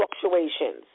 fluctuations